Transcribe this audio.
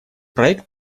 проект